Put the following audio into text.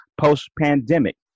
post-pandemic